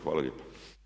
Hvala lijepa.